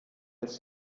des